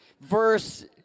verse